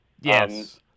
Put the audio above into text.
Yes